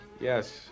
Yes